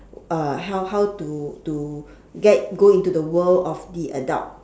uh how how to to get go into the world of the adult